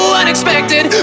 unexpected